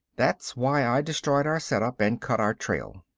that's why i destroyed our setup, and cut our trail.